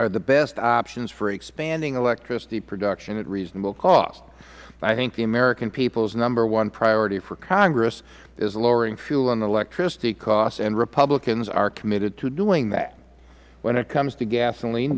are the best options for expanding electricity production at reasonable cost i think the american people's number one priority for congress is lowering fuel and electricity costs and republicans are committed to doing that when it comes to gasoline